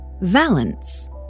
Valence